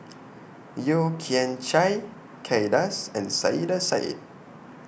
Yeo Kian Chai Kay Das and Saiedah Said